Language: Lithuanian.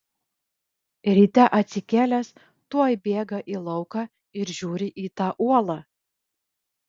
ryte atsikėlęs tuoj bėga į lauką ir žiūrį į tą uolą